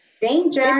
Danger